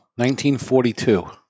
1942